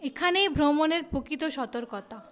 এখানেই ভ্রমণের প্রকৃত সার্থকতা